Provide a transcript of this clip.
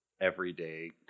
everyday